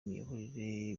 imiyoborere